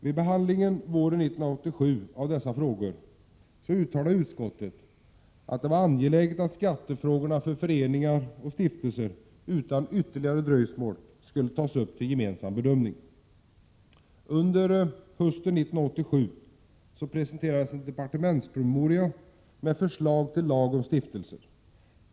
Vid behandlingen av dessa frågor våren 1987 uttalade utskottet att det var angeläget att skattefrågorna när det gäller föreningar och stiftelser utan ytterligare dröjsmål skulle tas upp till gemensam bedömning. Under hösten 1987 presenterades en departementspromemoria med förslag till lag om stiftelser.